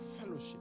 Fellowship